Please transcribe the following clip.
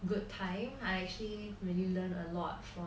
good time I actually really